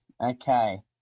Okay